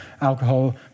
alcohol